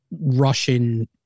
Russian